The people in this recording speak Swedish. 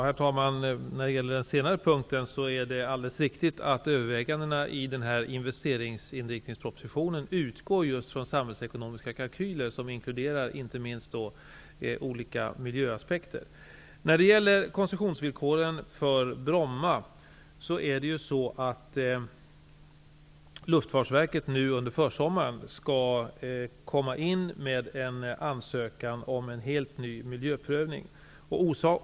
Herr talman! När det gäller den senare punkten är det alldeles riktigt att övervägandena i investerings inriktningspropositionen utgår just från samhällsekonomiska kalkyler, som inte minst inkluderar olika miljöaspekter. När det gäller koncessionsvillkoren för Bromma skall Luftfartsverket under försommaren komma in med en ansökan om en helt ny miljöprövning.